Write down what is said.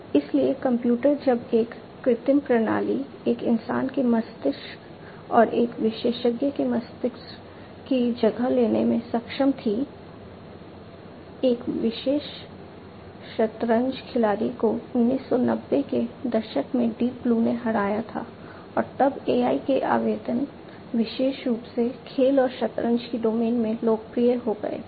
इसलिए कंप्यूटर जब एक कृत्रिम प्रणाली एक इंसान के मस्तिष्क और एक विशेषज्ञ के मस्तिष्क की जगह लेने में सक्षम थी एक विशेषज्ञ शतरंज खिलाड़ी को 1990 के दशक में डीप ब्लू ने हराया था और तब AI के आवेदन विशेष रूप से खेल और शतरंज की डोमेन में लोकप्रिय हो गए थे